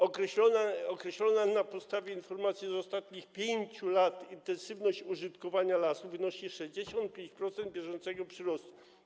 Określona na podstawie informacji z ostatnich 5 lat intensywność użytkowania lasu wynosi 65% bieżącego przyrostu.